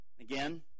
Again